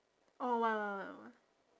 oh why why why why wh~